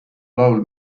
laul